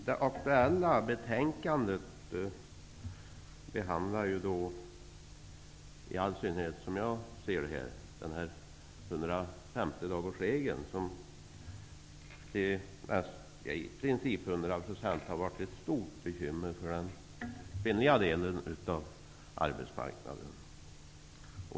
Det aktuella betänkandet behandlar i synnerhet 150-dagarsregeln, som i princip till 100 % har varit ett bekymmer för den kvinnliga delen av arbetsmarknaden.